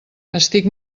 estic